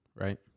right